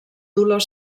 dolor